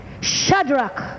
Shadrach